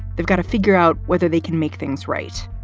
they've got to figure out whether they can make things right.